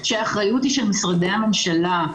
שהאחריות היא של משרדי הממשלה.